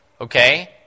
okay